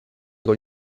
con